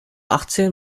achtzehn